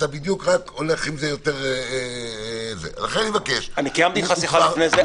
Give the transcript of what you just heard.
אתה בדיוק הולך -- אני קיימתי איתך שיחה לפני זה,